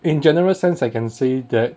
in general sense I can say that